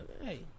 hey